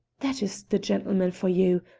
that is the gentleman for you!